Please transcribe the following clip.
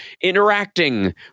interacting